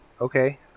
Okay